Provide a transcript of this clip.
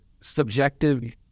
subjective